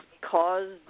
caused